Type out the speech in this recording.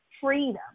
freedom